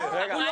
הוא אישר.